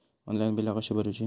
Online बिला कशी भरूची?